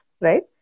right